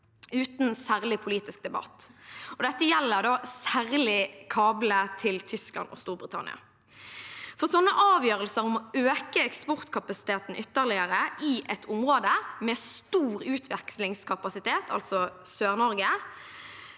uten særlig politisk debatt. Dette gjelder særlig kablene til Tyskland og Storbritannia. Slike avgjørelser om å øke eksportkapasiteten ytterligere i et område med stor utvekslingskapasitet, altså Sør-Norge,